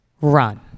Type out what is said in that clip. run